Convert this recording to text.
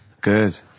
Good